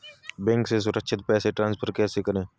Bank से सुरक्षित पैसे ट्रांसफर कैसे करें?